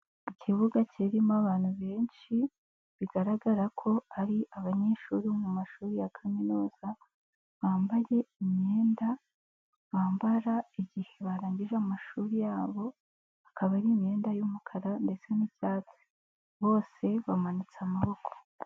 Ikibuga kirimo abantu benshi bigaragara ko ari abanyeshuri bo mu mashuri ya kaminuza, bambaye imyenda bambara igihe barangije amashuri yabo, akaba ari imyenda y'umukara ndetse n'icyatsi, bose bamanitse amaboko.